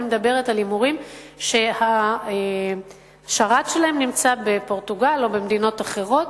אני מדברת על הימורים שהשרת שלהם נמצא בפורטוגל או במדינות אחרות